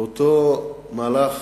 באותו מהלך